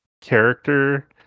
character